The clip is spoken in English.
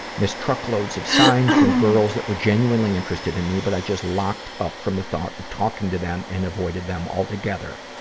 missed truckloads of signs from girls that were genuinely interested in me, but i just locked up from the thought of talking to them and avoided them all together.